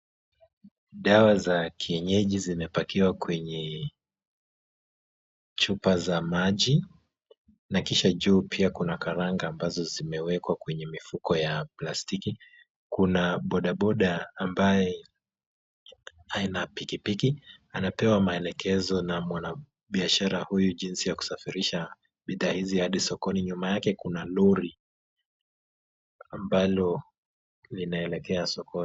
Dawa za kienyeji zimepakiwa kwenye chupa za maji, na kisha juu pia kuna karanga ambazo zimewekwa kwenye mifuko ya plastiki. Kuna bodaboda ambaye ana pikipiki, anapewa maelekezo na mwanabiashara huyu jinsi ya kusafirisha bidhaa hizi hadi sokoni .Nyuma yake kuna lori ambalo linaelekea sokoni.